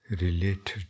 related